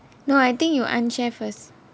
no I think you unshare first